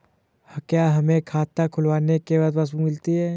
क्या हमें खाता खुलवाने के बाद पासबुक मिलती है?